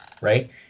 right